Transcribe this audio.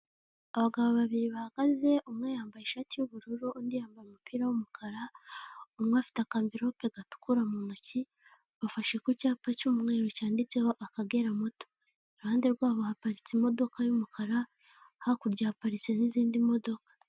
Abagabo babiri bahagaze umwe yambaye ishati y'ubururu undi yambaye umupira w'umukara, umwe afite akamviripo gatukura mu ntoki, bafashe ku cyapa cy'umweru cyanditseho Akagera Moto, iruhande rwabo haparitse imodoka y'umukara hakurya haparitse n'izindi modoka.